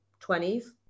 20s